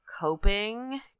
coping